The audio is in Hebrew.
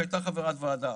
שהייתה חברת ועדה